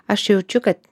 aš jaučiu kad